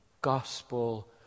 gospel